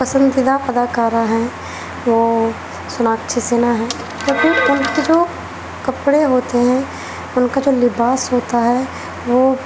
پسندیدہ اداکارہ ہیں وہ سوناکچھی سنہا ہیں کیوں کہ ان کی جو کپڑے ہوتے ہیں ان کا جو لباس ہوتا ہے وہ